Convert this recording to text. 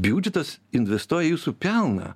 biudžetas investuoja jūsų pelną